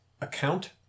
account